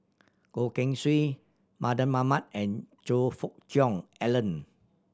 Goh Keng Swee Mardan Mamat and Choe Fook Cheong Alan